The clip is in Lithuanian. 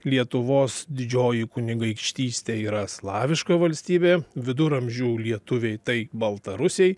lietuvos didžioji kunigaikštystė yra slaviška valstybė viduramžių lietuviai tai baltarusiai